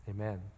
Amen